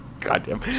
Goddamn